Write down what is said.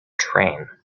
train